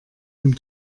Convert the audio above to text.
dem